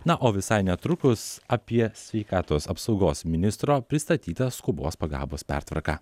na o visai netrukus apie sveikatos apsaugos ministro pristatytą skubos pagalbos pertvarką